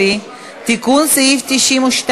תנחש.